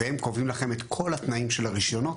הם קובעים לכם את כל התנאים של הרישיונות,